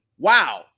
wow